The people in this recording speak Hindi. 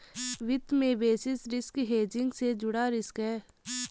वित्त में बेसिस रिस्क हेजिंग से जुड़ा रिस्क है